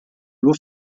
nur